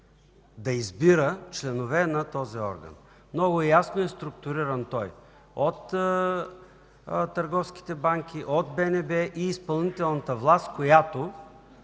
да избира членове на този орган. Много ясно е структуриран той – от търговските банки, от БНБ и изпълнителната власт, която